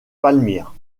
palmyre